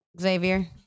Xavier